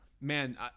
Man